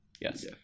Yes